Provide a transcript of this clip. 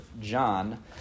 John